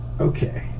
Okay